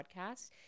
podcast